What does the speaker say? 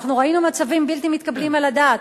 אנחנו ראינו מצבים בלתי מתקבלים על הדעת.